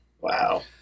Wow